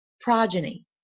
progeny